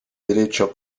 derecho